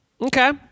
Okay